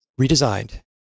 redesigned